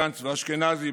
גנץ ואשכנזי,